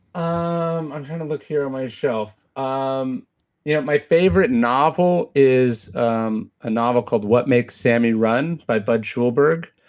um i'm trying to look here on my shelf. um yeah my favorite novel is um a novel called what makes sammy run? by budd schulberg.